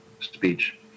speech